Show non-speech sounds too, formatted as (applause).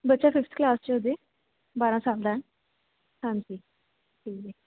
ਬੱਚਾ fifth class 'ਚ ਅਜੇ ਬਾਰ੍ਹਾਂ ਸਾਲ ਦਾ ਹਾਂਜੀ (unintelligible)